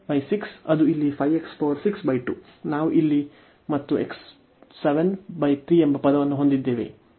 ಈಗ ಇದು ಒಂದು ಅದು ಇಲ್ಲಿ ನಾವು ಇಲ್ಲಿ ಮತ್ತು ಎಂಬ ಪದವನ್ನು ಹೊಂದಿದ್ದೇವೆ